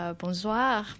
bonsoir